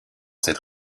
cette